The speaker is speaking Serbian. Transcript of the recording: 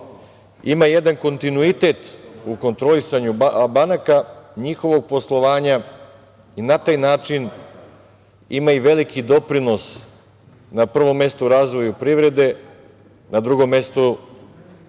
ima jedan kontinuitet u kontrolisanju banaka, njihovog poslovanja i na taj način ima i veliki doprinos na prvom mestu u razvoju privrede, na drugom mestu